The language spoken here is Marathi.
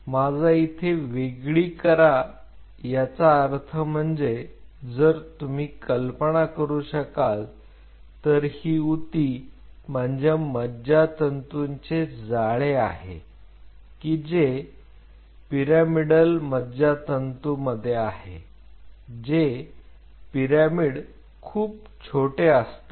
माझा इथे वेगळा करा याचा अर्थ म्हणजे जर तुम्ही कल्पना करू शकाल तर ही ऊती म्हणजे मज्जातंतूंचे जाळे आहे की जे पिरॅमिदल मज्जातंतू मध्ये आहे हे पिरॅमिड खूप छोटे असतात